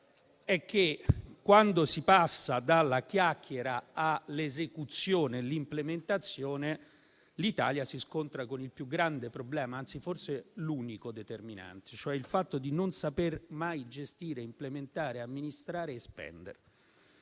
è che, quando si passa dalla chiacchiera all'esecuzione e all'implementazione, l'Italia si scontra con il più grande problema, anzi, forse con l'unico determinante, cioè con il fatto di non saper mai gestire, implementare, amministrare e spendere.